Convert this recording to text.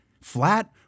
flat